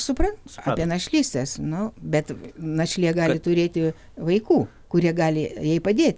suprantu apie našlystės nu bet našlė gali turėti vaikų kurie gali jai padėti